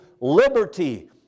liberty